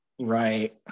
Right